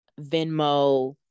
Venmo